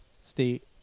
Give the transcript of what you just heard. state